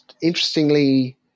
interestingly